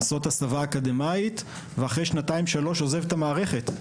לעשות הסבה אקדמאית ואחרי שנתיים שלוש עוזב את המערכת,